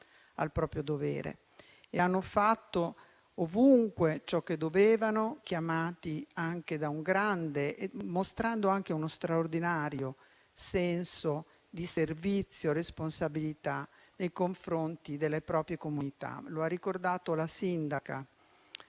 al proprio dovere e hanno fatto ovunque ciò che dovevano, mostrando anche uno straordinario senso di servizio e responsabilità nei confronti delle proprie comunità. Lo ha ricordato la collega